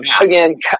Again